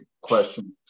questions